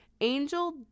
Angel